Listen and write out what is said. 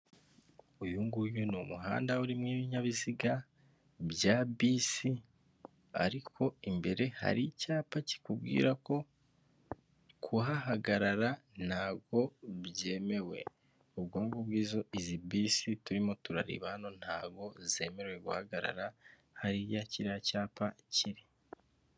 uyu nguyu n'umuhanda urimo ibinyabiziga bya bisi, ariko imbere hari icyapa kikubwira ko kuhahagarara ntabwo byemewe, ubwo ngubwo, izi bisi turimo turareba hano ntabwo zemerewe guhagarara hariya kiriya cyapa kiri.